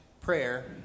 prayer